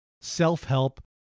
self-help